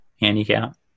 handicap